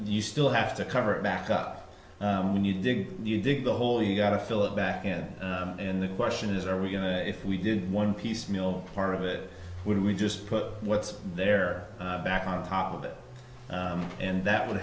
you still have to convert it back up when you dig you dig the hole you've got to fill it back in and the question is are we going to if we did one piecemeal part of it would we just put what's there back on top of it and that would